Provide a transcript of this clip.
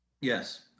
Yes